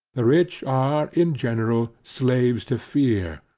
the rich are in general slaves to fear,